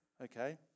Okay